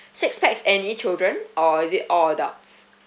six pax any children or is it all adults